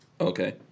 Okay